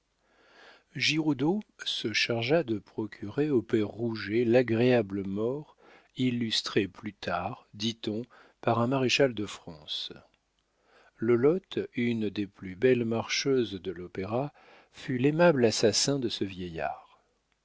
giroudeau se chargea de procurer au père rouget l'agréable mort illustrée plus tard dit-on par un maréchal de france lolotte une des plus belles marcheuses de l'opéra fut l'aimable assassin de ce vieillard